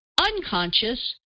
unconscious